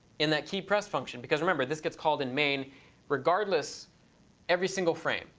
in that key press function, because remember this gets called in main regardless every single frame.